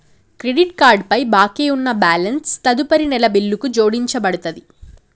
credit card పై బాకీ ఉన్న బ్యాలెన్స్ తదుపరి నెల బిల్లుకు జోడించబడతది